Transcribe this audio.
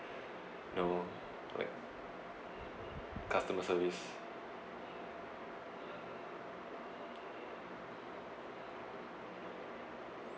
you know where customer services